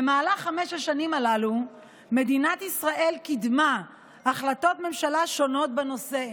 במהלך חמש השנים הללו מדינת ישראל קידמה החלטות ממשלה שונות בנושא,